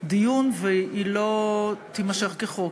דיון, והיא לא תימשך כחוק.